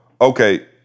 okay